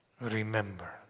Remember